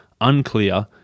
Unclear